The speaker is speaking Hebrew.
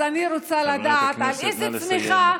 אז אני רוצה לדעת על איזו צמיחה,